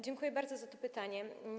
Dziękuję bardzo za to pytanie.